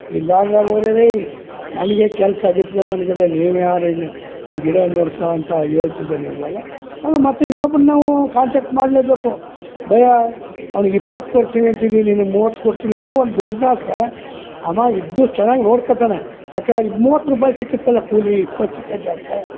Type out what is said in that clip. ಇಲ್ಲಾಂದರೆ ಹೋಗ್ರಿ ರೀ ನನಗೆ ಕೆಲಸ ಬಿದ್ಕಮನ್ಗದೆ ನೀವು ಯಾರನ್ ಈ ಗಿಡ ನೋಡ್ಕೋ ಅಂತ ಹೇಳ್ತಿದೀರಿ ಅಂದಾಗ ಆಗ ಮತ್ತು ಇನ್ನೊಬ್ಬನ್ನ ನಾವು ಕಾಂಟಾಕ್ಟ್ ಮಾಡಲೇಬೇಕು ಬಯ್ಯ ಅವನಿಗೆ ಇಪ್ಪತ್ತು ಕೊಡ್ತಿನಿ ಅಂತಿದೀನಿ ನಿನಗೆ ಮೂವತ್ತು ಕೊಡ್ತಿನಿ ಯಾವನ ದುಡ್ಡನ್ನ ಆಸೆಗೆ ಅವ ಇದ್ದು ಚೆನ್ನಾಗ್ ನೋಡ್ಕೋತ್ತನೆ ಯಾಕೆ ಇದು ಮೂವತ್ತು ರುಪಾಯಿ ಸಿಕ್ಕುತ್ತಲ್ಲ ಕೂಲಿ ಇಪ್ಪತ್ತು ಸಿಕ್ಕೋ ಜಾಗಕ್ಕೆ